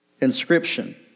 inscription